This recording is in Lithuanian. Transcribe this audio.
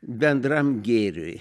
bendram gėriui